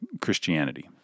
Christianity